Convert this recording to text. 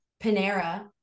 Panera